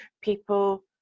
people